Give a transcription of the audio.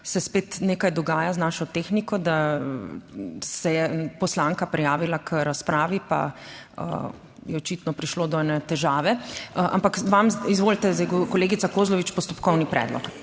se spet nekaj dogaja z našo tehniko, da se je poslanka prijavila k razpravi, pa je očitno prišlo do ene težave, ampak vam, izvolite, zdaj kolegica Kozlovič, postopkovni predlog.